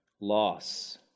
Loss